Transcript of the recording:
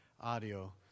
audio